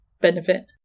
benefit